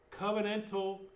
covenantal